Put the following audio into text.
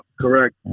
correct